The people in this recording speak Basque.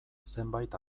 zenbait